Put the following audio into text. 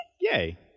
Yay